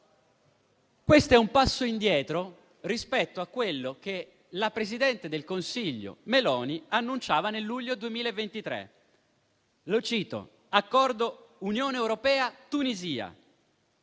questo è un passo indietro rispetto a quello che la presidente del Consiglio Meloni annunciava nel luglio 2023. Lo cito: accordo Unione europea-Tunisia,